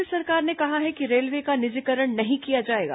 केन्द्र सरकार ने कहा है कि रेलवे का निजीकरण नहीं किया जाएगा